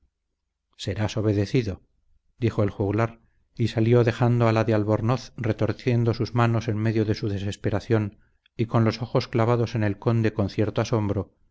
testigos serás obedecido dijo el juglar y salió dejando a la de albornoz retorciendo sus manos en medio de su desesperación y con los ojos clavados en el conde con cierto asombro